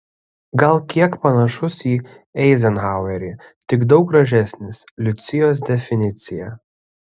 gal kiek panašus į eizenhauerį tik daug gražesnis liucijos definicija